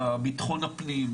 בביטחון הפנים,